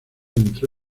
entró